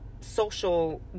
social